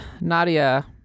Nadia